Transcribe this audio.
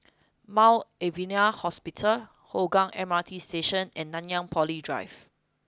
Mount Alvernia Hospital Hougang M R T Station and Nanyang Poly Drive